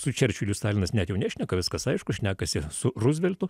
su čerčiliu stalinas net jau nešneka viskas aišku šnekasi su ruzveltu